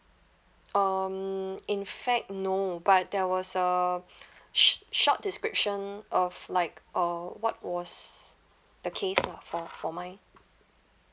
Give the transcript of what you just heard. um in fact no but there was a sh~ short description of like uh what was the case lah for for mine